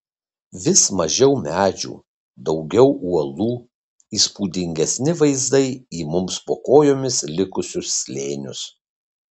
vis mažiau medžių daugiau uolų įspūdingesni vaizdai į mums po kojomis likusius slėnius